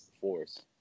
Force